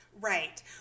Right